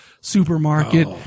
supermarket